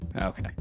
Okay